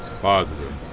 Positive